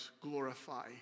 glorify